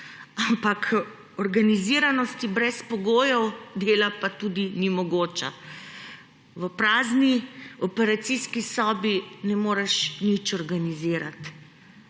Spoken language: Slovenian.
ampak organiziranost brez pogojev dela pa tudi ni mogoča. V prazni operacijski sobi ne moreš nič organizirati.